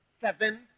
seven